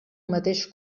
mateix